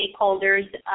stakeholders